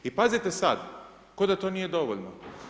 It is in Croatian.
I pazite sad, kao da to nije dovoljno.